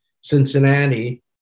Cincinnati